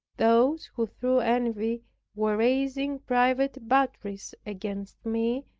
those, who through envy were raising private batteries against me,